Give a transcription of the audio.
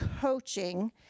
coaching